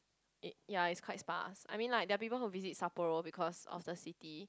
ya is quite spa I mean there are people who visit Sapporo because of the city